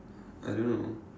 I don't know